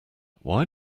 why